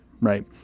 right